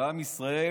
לעם ישראל